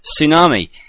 tsunami